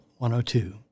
102